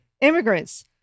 immigrants